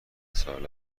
ساله